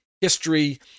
history